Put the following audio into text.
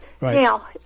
Now